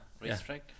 racetrack